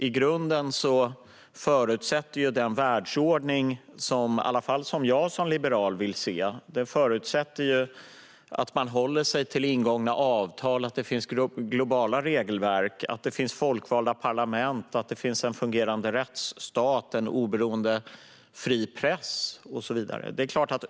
I grunden förutsätter den världsordning som jag som liberal vill se att man håller sig till ingångna avtal, att det finns globala regelverk och att det finns folkvalda parlament och en oberoende, fri press och så vidare.